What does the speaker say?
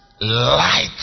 light